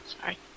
Sorry